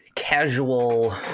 casual